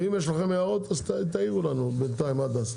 ואם יש לכם הערות אז תעירו לנו בינתיים עד אז,